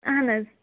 اہن حظ